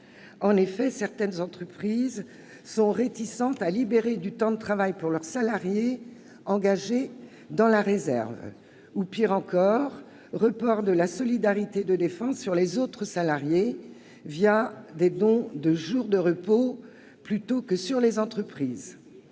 En effet, certaines entreprises sont réticentes à libérer du temps de travail pour leurs salariés engagés dans la réserve. Ou, pire encore, il faut noter le report de la solidarité de défense sur les autres salariés, des dons de jours de repos, plutôt que sur les entreprises.